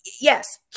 yes